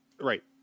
Right